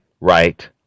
right